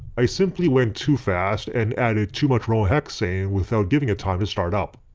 i simply went too fast and added too much bromohexane without giving it time to start up.